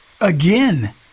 Again